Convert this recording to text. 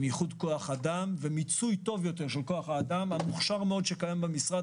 איחוד כוח אדם ומיצוי טוב יותר של כוח אדם המוכשר שקיים במשרד.